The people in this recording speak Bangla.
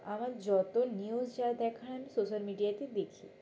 আমার যত নিউজ যা দেখার আমি সোশ্যাল মিডিয়াতেই দেখি